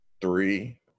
Three